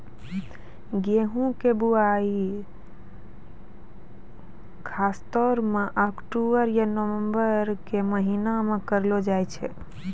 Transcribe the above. गेहूँ के बुआई खासतौर सॅ अक्टूबर या नवंबर के महीना मॅ करलो जाय छै